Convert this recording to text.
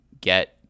get